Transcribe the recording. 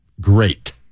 great